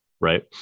right